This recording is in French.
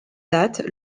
date